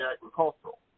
agricultural